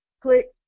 click